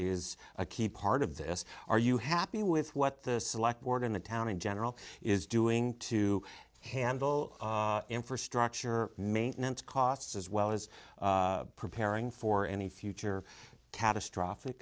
is a key part of this are you happy with what the select board in the town in general is doing to handle infrastructure maintenance costs as well as preparing for any future catastrophic